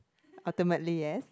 ultimately yes